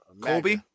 Kobe